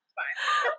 fine